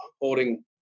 holding